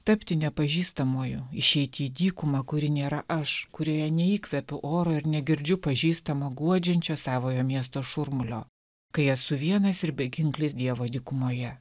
tapti nepažįstamuoju išeiti į dykumą kuri nėra aš kurioje neįkvepiu oro ir negirdžiu pažįstamo guodžiančio savojo miesto šurmulio kai esu vienas ir beginklis dievo dykumoje